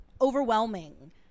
overwhelming